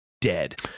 dead